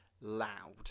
*Loud*